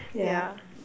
yeah